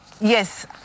Yes